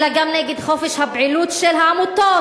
אלא גם נגד חופש הפעילות של העמותות